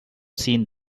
seen